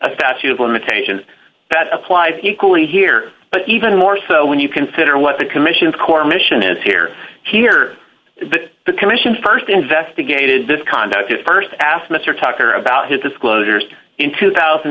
a statute of limitations that applies equally here but even more so when you consider what the commission's core mission is here here the commission st investigated this conduct is st asked mr tucker about his disclosures in two thousand